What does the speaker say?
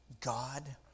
God